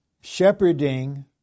shepherding